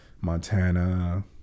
Montana